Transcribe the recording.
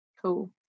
Cool